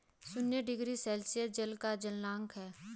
शून्य degree Celsius जल का गलनांक है